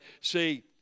See